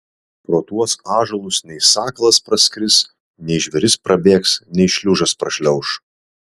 pro tuos ąžuolus nei sakalas praskris nei žvėris prabėgs nei šliužas prašliauš